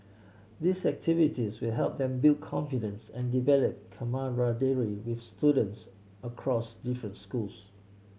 these activities will help them build confidence and develop camaraderie with students across different schools